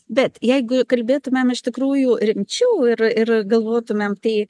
bet jeigu kalbėtumėm iš tikrųjų rimčiau ir ir galvotumėm tai